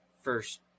first